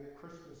Christmas